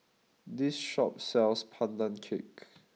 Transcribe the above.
this shop sells Pandan Cake